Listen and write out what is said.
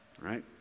right